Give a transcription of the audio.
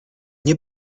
nie